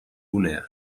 gunea